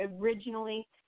originally